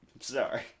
Sorry